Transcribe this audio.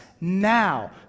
now